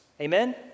Amen